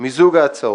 מיזוג ההצעות.